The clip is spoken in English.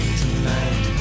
tonight